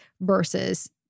versus